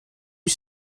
you